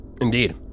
Indeed